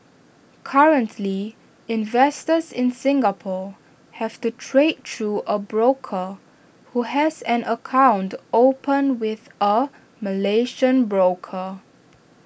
currently investors in Singapore have to trade through A broker who has an account opened with A Malaysian broker